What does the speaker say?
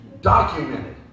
documented